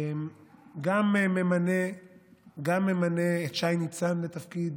גם ממנה את שי ניצן לתפקיד